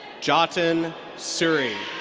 jatin suri.